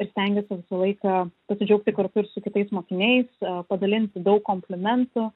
ir stengiuosi visą laiką pasidžiaugti kartu ir su kitais mokiniais padalinti daug komplimentų